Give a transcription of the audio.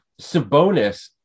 Sabonis